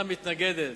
מתנגדת,